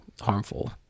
harmful